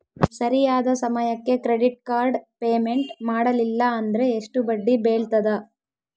ಸರಿಯಾದ ಸಮಯಕ್ಕೆ credit card payment ಮಾಡಲಿಲ್ಲ ಅಂದ್ರೆ ಎಷ್ಟು ಬಡ್ಡಿ ಬೇಳ್ತದ?